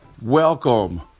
welcome